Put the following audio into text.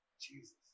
Jesus